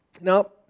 Now